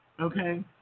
Okay